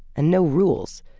and no rules,